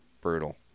Brutal